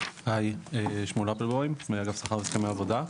היי, שמואל אפלבויים, מאגף שכר והסכמי עבודה,